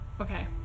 Okay